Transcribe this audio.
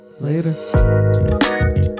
later